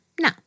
No